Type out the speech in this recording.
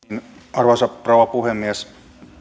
arvoisa rouva puhemies